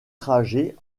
trajet